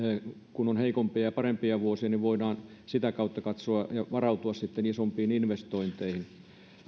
kun on heikompia ja parempia vuosia niin että voidaan sitä kautta katsoa ja varautua sitten isompiin investointeihin